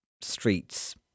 streets